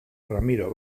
ramiro